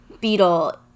beetle